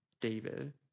David